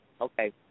okay